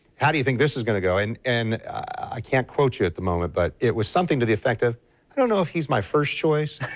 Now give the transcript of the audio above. how do you think this is going to go? and and i can't quote you at the moment but it was something to the effect of i don't know if he's my first choice.